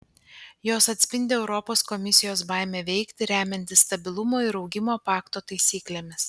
jos atspindi europos komisijos baimę veikti remiantis stabilumo ir augimo pakto taisyklėmis